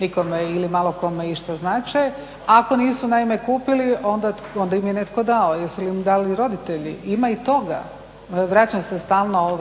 Nikome ili malokome išta znače. Ako nisu naime kupili onda im je netko dao. Jesu li im dali roditelji? Ima i toga. Vraćam se stalno,